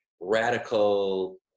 radical